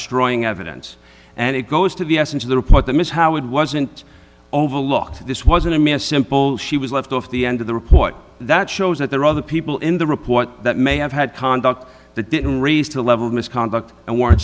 evidence and it goes to the essence of the report that ms howe it wasn't overlooked this wasn't i mean a simple she was left off the end of the report that shows that there are other people in the report that may have had conduct that didn't raise the level of misconduct and weren't